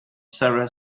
several